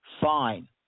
fine